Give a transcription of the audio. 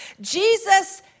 Jesus